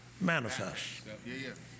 manifest